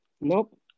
Nope